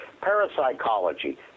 parapsychology